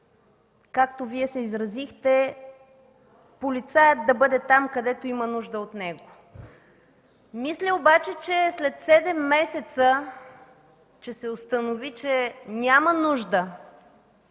както Вие се изразихте, „полицаят да бъде там, където има нужда от него”. Мисля обаче, че след седем месеца се установи, че няма нужда